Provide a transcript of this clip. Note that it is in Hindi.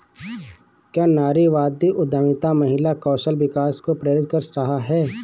क्या नारीवादी उद्यमिता महिला कौशल विकास को प्रेरित कर रहा है?